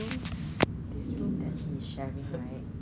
no it's like uh hawker centre near your area